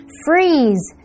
freeze